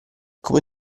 come